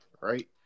right